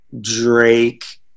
Drake